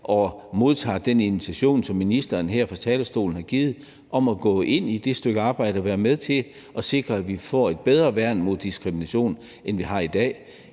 man modtager den invitation, som ministeren her fra talerstolen har givet, i forhold til at gå ind i det stykke arbejde og være med til at sikre, at vi får et bedre værn mod diskrimination, end vi har i dag.